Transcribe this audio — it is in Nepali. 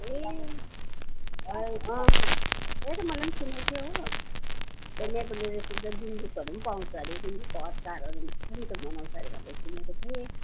ए त्यही त मैले सुनेको थिएँ हो त्यहाँ नेपाली रेस्टुरेन्टमा गुन्द्रुकहरू पाउँछ हरे गुन्द्रुकको अचारहरू मिठो मिठो बनाउँछ हरे भनेर सुनेको थिएँ